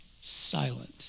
silent